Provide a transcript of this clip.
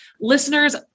Listeners